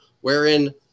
wherein